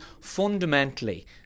fundamentally